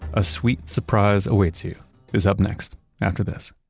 a sweet surprise awaits you is up next after this